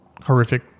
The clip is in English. horrific